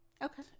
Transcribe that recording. Okay